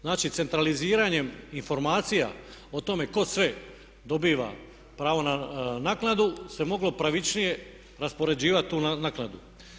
Znači centraliziranjem informacija o tome tko sve dobiva pravo na naknadu se moglo pravičnije raspoređivati tu naknadu.